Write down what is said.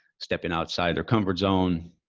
stepping outside their comfort zone,